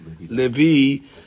Levi